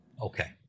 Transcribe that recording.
Okay